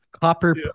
Copper